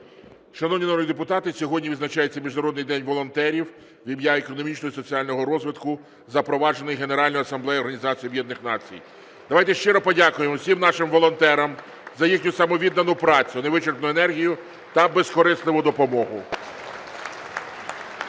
Шановні народні депутати, сьогодні відзначається Міжнародний день волонтерів в ім'я економічного і соціального розвитку, запроваджений Генеральною Асамблеєю Організації Об'єднаних Націй. Давайте щиро подякуємо всім нашим волонтерам за їхню самовіддану працю, невичерпну енергію та безкорисливу допомогу.